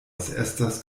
estas